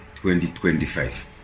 2025